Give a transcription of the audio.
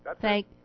Thank